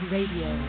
Radio